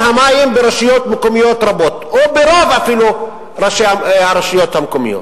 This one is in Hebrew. המים ברשויות מקומיות רבות או ברוב הרשויות המקומיות.